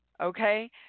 Okay